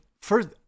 first